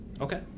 Okay